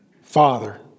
father